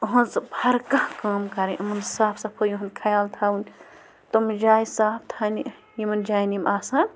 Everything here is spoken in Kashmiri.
إہٕنٛز ہَرٕ کانٛہہ کٲم کَرٕنۍ یِمَن صاف صفٲیی ہُنٛد خیال تھاوُن تٕمہٕ جایہِ صاف تھاونہِ یِمَن جایَن یِم آسان